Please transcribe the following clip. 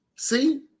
See